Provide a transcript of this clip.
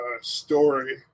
story